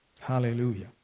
Hallelujah